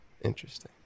Interesting